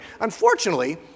unfortunately